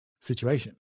situation